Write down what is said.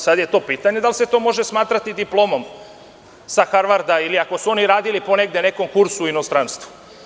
Sad je to pitanje da li se to može smatrati diplomom sa Harvarda ili ako su oni radili po negde nekom kursu u inostranstvu.